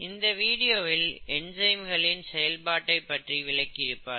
இந்த வீடியோவில் என்சைம்களின் செயல்பாட்டைப் பற்றி விளக்கி இருப்பார்கள்